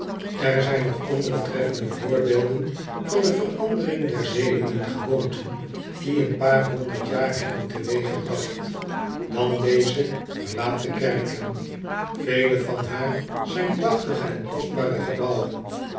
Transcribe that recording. er zijn nog andere treffende voorbeelden van de verandering der zeden en gewoonten die een paar honderd jaar hebben teweeggebracht dan deze verlaten kerken vele van haar zijn prachtige en kostbare gebouwen